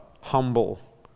humble